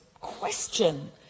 question